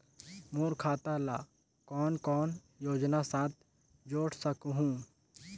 मोर खाता ला कौन कौन योजना साथ जोड़ सकहुं?